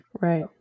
right